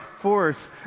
force